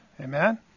Amen